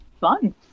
Fun